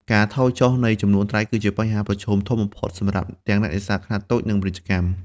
ការថយចុះ នៃចំនួនត្រីគឺជាបញ្ហាប្រឈមធំបំផុតសម្រាប់ទាំងអ្នកនេសាទខ្នាតតូច និងពាណិជ្ជកម្ម។